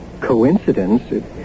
coincidence